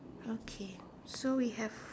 okay so we have